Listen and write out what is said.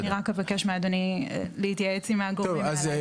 אני רק אבקש מאדוני להתייעץ עם הגורמים מעליי בעניין הזה.